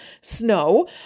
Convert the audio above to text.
snow